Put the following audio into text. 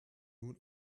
nun